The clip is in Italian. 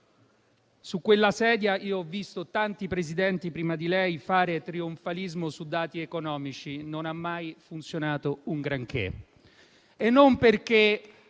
Su quella sedia ho visto tanti Presidenti prima di lei fare trionfalismo su dati economici e devo dire che non ha mai funzionato un granché,